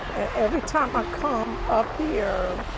every time i come up here,